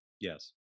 Yes